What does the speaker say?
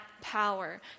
power